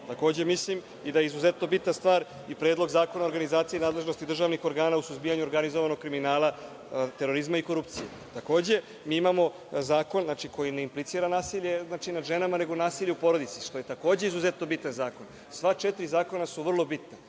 Takođe, mislim i da je izuzetno bitna stvar i Predlog zakona o organizaciji i nadležnosti državnih organa u suzbijanju organizovanog kriminala, terorizma i korupcije. Takođe, mi imamo zakon koji ne implicira nasilje nad ženama, nego nasilje u porodici, što je takođe izuzetno bitan zakon. Sva četiri zakona su vrlo bitna.